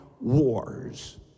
wars